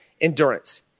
endurance